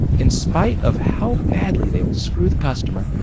in spite of how badly they will screw the customer,